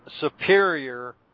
superior